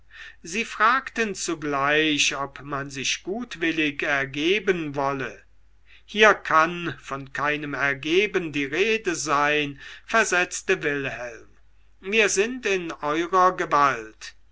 sie fragten zugleich ob man sich gutwillig ergeben wolle hier kann von keinem ergeben die rede sein versetzte wilhelm wir sind in eurer gewalt